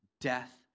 Death